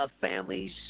Families